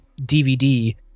DVD